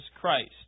Christ